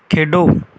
ਖੇਡੋ